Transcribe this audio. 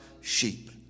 sheep